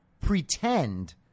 pretend